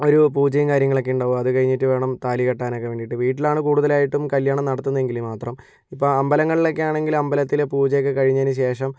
ഒരു പൂജയും കാര്യങ്ങളൊക്കെയുണ്ടാവും അത് കഴിഞ്ഞിട്ട് വേണം താലി കെട്ടാനൊക്കെ വേണ്ടിയിട്ട് വീട്ടിലാണ് കൂടുതലായിട്ടും കല്യാണം നടത്തുന്നതെങ്കിൽ മാത്രം ഇപ്പോൾ അമ്പലങ്ങളിലൊക്കെയാണെങ്കിൽ അമ്പലത്തിലെ പൂജയൊക്കെ കഴിഞ്ഞതിന് ശേഷം